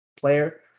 player